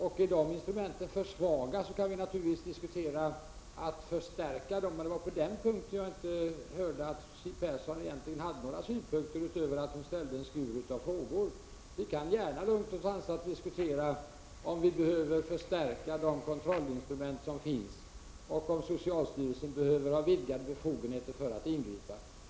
Är de instrumenten för svaga, kan vi naturligtvis diskutera en förstärkning av dem, men såvitt jag uppfattade hade Siw Persson inga egna synpunkter, utan ställde bara en skur av frågor. Vi kan gärna lugnt och sansat diskutera om de kontrollinstrument som finns behöver förstärkas och om socialstyrelsen behöver ha vidgade befogenheter för att ingripa.